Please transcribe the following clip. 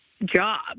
Job